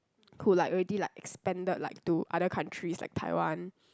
who like already like expanded like to other countries like Taiwan